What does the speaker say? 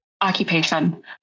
occupation